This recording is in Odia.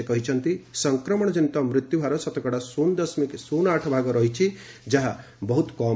ସେ କହିଛନ୍ତି ସଂକ୍ରମଣଜନିତ ମୃତ୍ୟୁ ହାର ଶତକଡ଼ା ଶୃନ ଦଶମିକ ଶୃନ ଆଠ ଭାଗ ରହିଛି ଯାହା ବହୁତ କମ୍